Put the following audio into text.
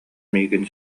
миигин